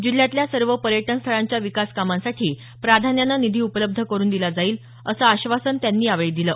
जिल्ह्यातल्या सर्व पर्यटन स्थळांच्या विकास कामांसाठी प्राधान्यानं निधी उपलब्ध करुन दिला जाईल असं आश्वासन त्यांनी यावेळी दिलं